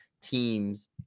teams